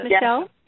Michelle